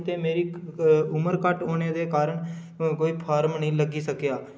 ते मेरी उमर घट्ट होने दे कारण कोई फार्म नेईं लग्गी सकेआ